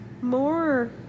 more